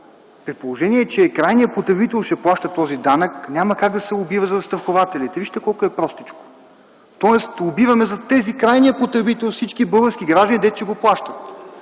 при положение, че крайният потребител ще плаща този данък, няма как да се убива застрахователят. Вижте колко е простичко! Тоест убиваме всички крайни потребители, всички български граждани, гдето го плащат.